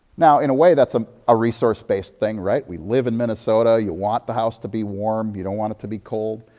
now, in a way, that's um a resource-based thing, right? we live in minnesota. you want the house to be warm. you don't want it to be cold.